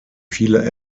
viele